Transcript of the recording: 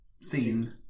seen